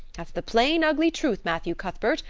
that's the plain, ugly truth, matthew cuthbert,